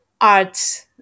art